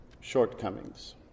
shortcomings